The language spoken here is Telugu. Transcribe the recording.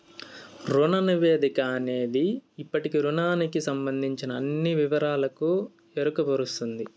రుణ నివేదిక అనేది ఇప్పటి రుణానికి సంబందించిన అన్ని వివరాలకు ఎరుకపరుస్తది